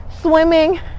swimming